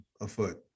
afoot